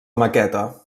maqueta